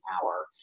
power